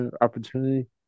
opportunity